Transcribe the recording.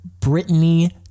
Britney